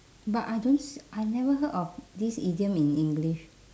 but I don't s~ I never heard of this idiom in english